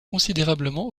considérablement